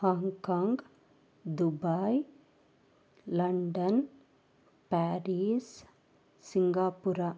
Hong Kong Dubai London Paris Singapore